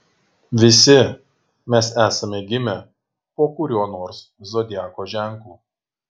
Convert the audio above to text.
visi mes esame gimę po kuriuo nors zodiako ženklu